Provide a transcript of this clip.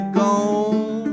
gone